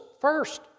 first